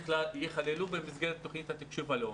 ייכללו במסגרת תוכנית התקשוב הלאומית.